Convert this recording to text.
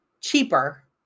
cheaper